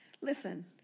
Listen